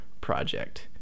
project